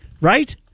Right